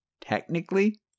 technically